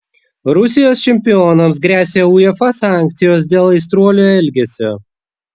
rusijos čempionams gresia uefa sankcijos dėl aistruolių elgesio